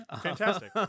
fantastic